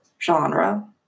genre